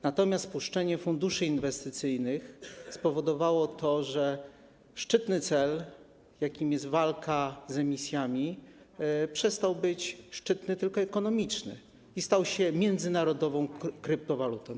Natomiast spuszczenie funduszy inwestycyjnych spowodowało, że szczytny cel, jakim jest walka z emisjami, przestał być szczytny, tylko ekonomiczny i stał się międzynarodową kryptowalutą.